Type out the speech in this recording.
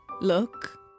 look